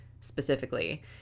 specifically